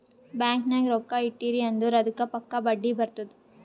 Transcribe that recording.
bank ನಾಗ್ ರೊಕ್ಕಾ ಇಟ್ಟಿರಿ ಅಂದುರ್ ಅದ್ದುಕ್ ಪಕ್ಕಾ ಬಡ್ಡಿ ಬರ್ತುದ್